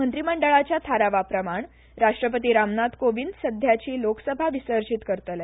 मंत्रीमंडळाच्या थारावाप्रमाण राष्ट्रपती रामनाथ कोविंद सध्याची लोकसभा विसर्जित करतले